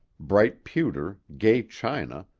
bright pewter, gay china,